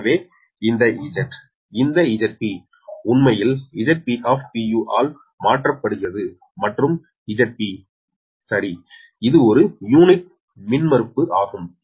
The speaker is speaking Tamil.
எனவே இந்த Z இந்த Zp உண்மையில் Zp ஆல் மாற்றப்படுகிறது மற்றும் 𝒁𝒑 சரி இது ஒரு யூனிட் மின்மறுப்பு ஆகும்